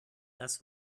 das